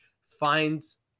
finds –